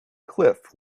cliff